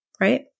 right